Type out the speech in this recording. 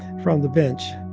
from the bench.